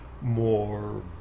more